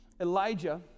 Elijah